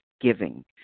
giving